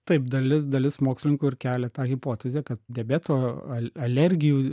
taip dalis dalis mokslininkų ir kelia tą hipotezę kad diabeto al alergijų